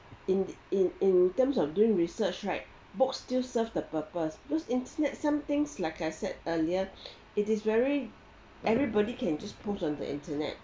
in in in terms of doing research right books still serve the purpose most internet somethings like I said earlier it is very everybody can just post on the internet